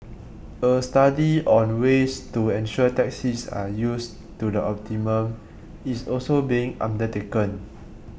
a study on ways to ensure taxis are used to the optimum is also being undertaken